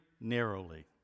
narrowly